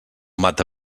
mata